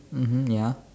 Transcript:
mmhmm ya